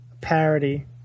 parody